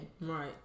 Right